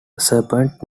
serpent